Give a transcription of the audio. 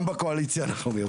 גם בקואליציה אנחנו מיעוט.